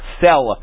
sell